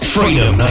Freedom